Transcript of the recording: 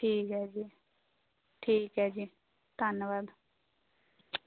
ਠੀਕ ਹੈ ਜੀ ਠੀਕ ਹੈ ਜੀ ਧੰਨਵਾਦ